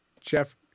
Jeff